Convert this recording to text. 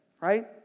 right